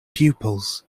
pupils